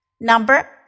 Number